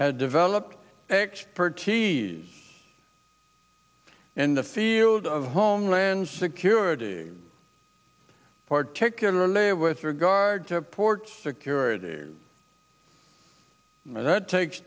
had developed expertise in the field of homeland security particularly with regard to port security and that takes